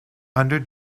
under